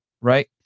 right